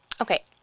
Okay